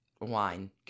wine